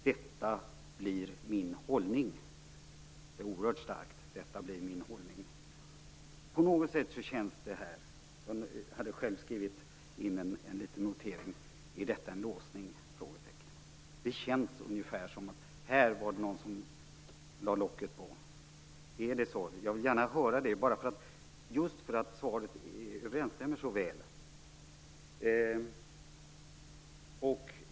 Detta blir min hållning, sade han. Det är oerhört starkt. Jag har gjort en liten notering i kanten: "Är detta en låsning?" Det känns som om det var någon som lade locket på. Är det så, skatteministern? Jag vill gärna höra det, eftersom svaret så väl överensstämmer med Göran Perssons.